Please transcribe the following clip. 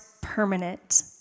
permanent